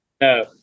No